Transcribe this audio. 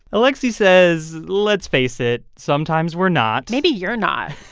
alexei says, let's face it sometimes we're not maybe you're not.